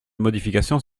modifications